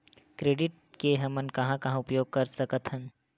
Credit के हमन कहां कहा उपयोग कर सकत हन?